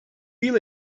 yıla